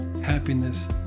happiness